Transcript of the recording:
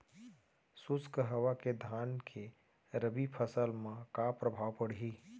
शुष्क हवा के धान के रबि फसल मा का प्रभाव पड़ही?